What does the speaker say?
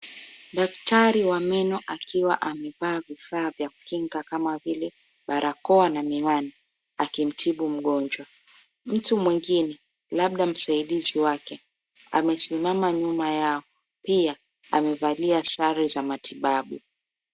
Daktari wa meno akiwa amevaa vifaa vya Kinga kama vile barakoa na miwani akitibu mgonjwa. Mtu mwingine labda msaidizi wake amesimama nyuma yao pia amevalia sare za matibabu.